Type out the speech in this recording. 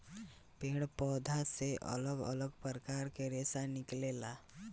पेड़ पौधा से अलग अलग प्रकार के रेशा निकलेला